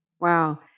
Wow